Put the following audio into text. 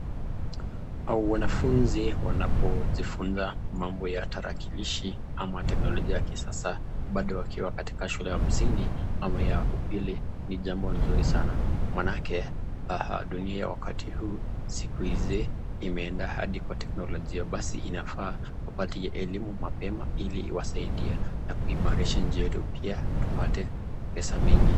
Hao Wanafunzi wanapo jifunza mambo ya tarakilishi ama teknolojia ya kisasa bado katika shule ya msingi ama ya upili ni jambo mzuri sana maanake dunia wakati huu siku hizi imeenda hadi kwa teknolojia basi inafaa wapate elimu mapema ili kuwasaidia kuimarisha nchi yetu pia ili tupate pesa mingi.